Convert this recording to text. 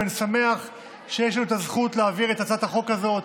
ואני שמח שיש לנו את הזכות להעביר את הצעת החוק הזאת.